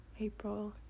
April